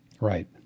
Right